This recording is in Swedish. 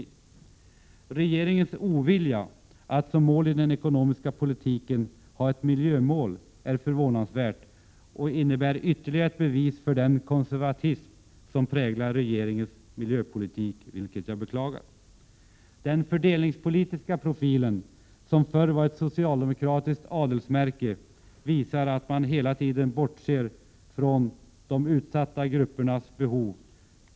Oo Regeringens ovilja mot att ha ett miljömål i den ekonomiska politiken är förvånansvärd. Det är ytterligare ett bevis för den konservatism som präglar regeringens miljöpolitik, något som jag beklagar. o Den fördelningspolitiska profilen, som förr var ett socialdemokratiskt adelsmärke, visar att man hela tiden bortser från de utsatta gruppernas behov.